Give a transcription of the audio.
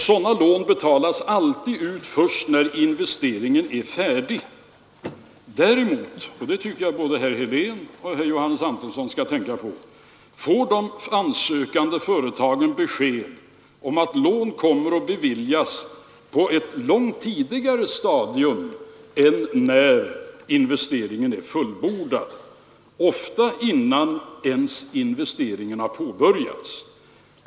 Sådana lån betalas alltid ut först när investeringen är färdig. Däremot — och det tycker jag både herr Helén och herr Johannes Antonsson skall tänka på — får de ansökande företagen besked om att lån kommer att beviljas på ett långt tidigare stadium än när investeringen är fullbordad, ofta innan ens investeringen har påbörjats.